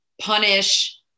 punish